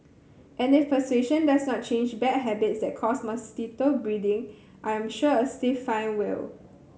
and if persuasion does not change bad habits that cause mosquito breeding I am sure a stiff fine will